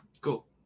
cool